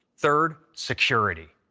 third, security.